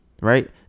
right